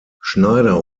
schneider